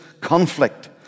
conflict